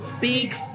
big